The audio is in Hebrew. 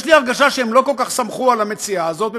יש לי הרגשה שהם לא כל כך שמחו על המציאה הזאת,